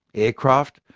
aircraft,